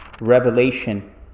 Revelation